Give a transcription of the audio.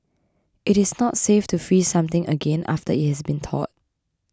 it is not safe to freeze something again after it has thawed